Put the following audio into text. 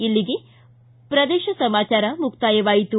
ಇಲ್ಲಿಗೆ ಪ್ರದೇಶ ಸಮಾಚಾರ ಮುಕ್ತಾಯವಾಯಿತು